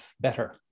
better